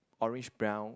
orange brown